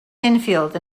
enfield